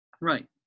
Right